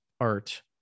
art